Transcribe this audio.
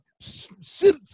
sit